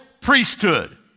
priesthood